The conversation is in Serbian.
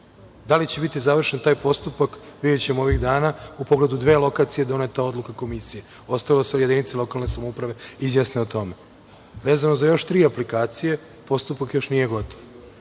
Da li će biti završen taj postupak? Videćemo ovih dana, u pogledu dve lokacije doneta je odluka komisije, ostalo je da se jedinice lokalne samouprave izjasne o tome. Vezano za još tri aplikacije, postupak još nije gotov.